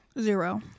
Zero